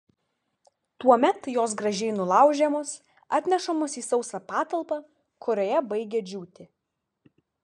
tuomet jos gražiai nulaužiamos atnešamos į sausą patalpą kurioje baigia džiūti